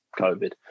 COVID